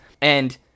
And-